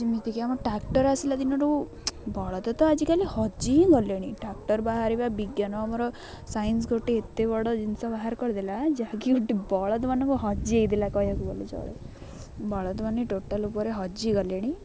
ଯେମିତିକି ଆମର ଟ୍ରାକ୍ଟର୍ ଆସିଲା ଦିନ ଠୁ ବଳଦ ତ ଆଜିକାଲି ହଜି ହିଁ ଗଲେଣି ଟ୍ରାକ୍ଟର୍ ବାହାରିବା ବିଜ୍ଞାନ ଆମର ସାଇନ୍ସ ଗୋଟେ ଏତେ ବଡ଼ ଜିନିଷ ବାହାର କରିଦେଲା ଯାହାକି ଗୋଟେ ବଳଦ ମାନଙ୍କୁ ହଜାଇ ଦେଲା କହିବାକୁ ଗଲେ ଚଳେ ବଳଦ ମାନ ଟୋଟାଲ୍ ଉପରେ ହଜିଗଲେଣି